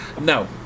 No